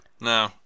No